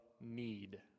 need